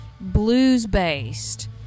blues-based